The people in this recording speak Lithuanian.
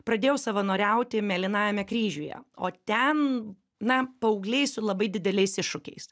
pradėjau savanoriauti mėlynajame kryžiuje o ten na paaugliai su labai dideliais iššūkiais